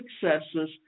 successes